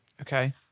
Okay